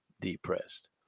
depressed